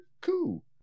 cool